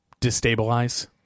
destabilize